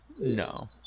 No